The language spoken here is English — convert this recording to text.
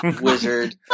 wizard